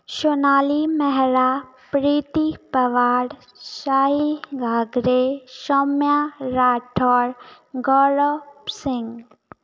Sonali Mehra Preeti Pawar Sai Ghakare Saumya Rathod Gaurav Singh